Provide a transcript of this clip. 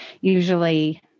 usually